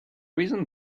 reason